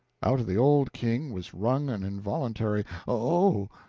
out of the old king was wrung an involuntary o